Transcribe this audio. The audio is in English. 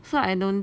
so I don't